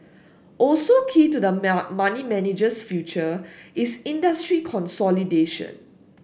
also key to the money manager's future is industry consolidation